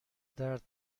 درد